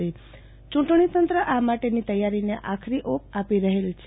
યૂંટણીતંત્ર આ માટેની તૈયારી ને આખરી ઓપ આપી રહેલ છે